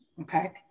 Okay